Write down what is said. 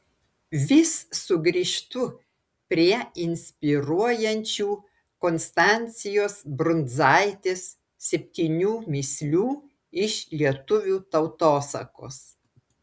vis sugrįžtu prie inspiruojančių konstancijos brundzaitės septynių mįslių iš lietuvių tautosakos